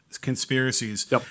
conspiracies